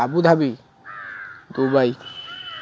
Abu Dhabi Dubai